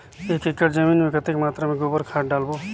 एक एकड़ जमीन मे कतेक मात्रा मे गोबर खाद डालबो?